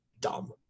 dumb